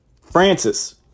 Francis